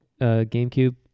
GameCube